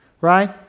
right